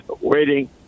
waiting